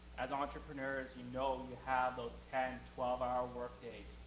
as entrepreneurs, you know you have those ten, twelve hour work days,